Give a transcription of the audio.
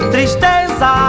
Tristeza